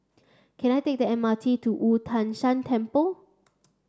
can I take the M R T to Wu Tai Shan Temple